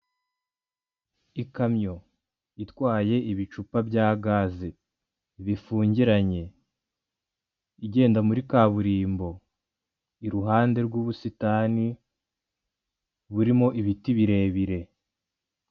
Ikamyo: itwaye ibicupa bya gaze ,bifungiranye igenda muri kaburimbo, iruhande rw'ubusitani, burimo ibiti birebire.